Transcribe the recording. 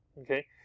okay